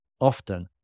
often